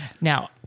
Now